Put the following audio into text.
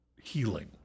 healing